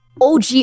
OG